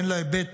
הן להיבט